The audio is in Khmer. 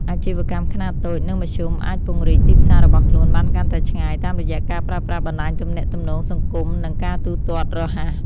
អាជីវកម្មខ្នាតតូច និងមធ្យមអាចពង្រីកទីផ្សាររបស់ខ្លួនបានកាន់តែឆ្ងាយតាមរយៈការប្រើប្រាស់បណ្តាញទំនាក់ទំនងសង្គមនិងការទូទាត់រហ័ស។